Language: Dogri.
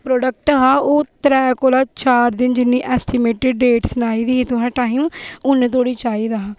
प्रोडेक्ट हा ओह् त्रैऽ कोला चार दिन जि'न्नी एस्टीमेटेड डेट्स आई दी तुसें टाईम हू'न धोड़ी चाहिदा